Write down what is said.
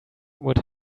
would